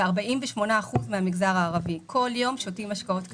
ו-48% מן המגזר הערבי בכל יום שותים משקאות קלים.